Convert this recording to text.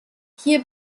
hier